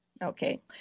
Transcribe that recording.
Okay